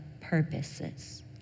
purposes